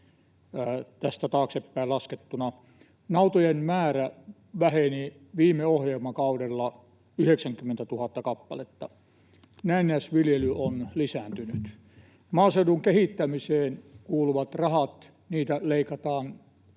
tästä taaksepäin laskettuna. Nautojen määrä väheni viime ohjelmakaudella 90 000 kappaleella. Näennäisviljely on lisääntynyt. Maaseudun kehittämiseen kuuluvia rahoja leikataan